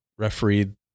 refereed